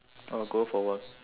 oh go for work